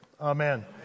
Amen